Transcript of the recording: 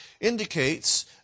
indicates